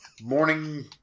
morning